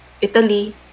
Italy